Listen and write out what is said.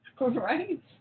Right